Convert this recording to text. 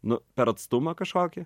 nu per atstumą kažkokį